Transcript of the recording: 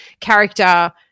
character